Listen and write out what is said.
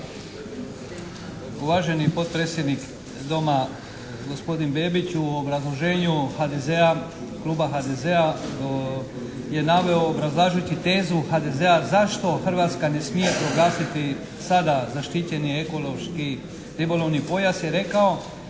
Uvaženi potpredsjednik Doma gospodin Bebić u obrazloženju kluba HDZ-a je naveo obrazlažuči tezu HDZ-a, zašto Hrvatska ne smije proglasiti sada zaštićeni ekološki ribolovni pojas je rekao